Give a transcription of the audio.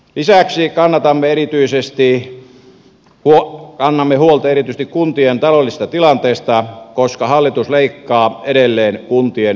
lisäksi kannamme huolta erityisesti kuntien taloudellisesta tilanteesta koska hallitus leikkaa edelleen kuntien valtionosuuksia